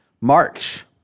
March